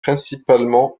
principalement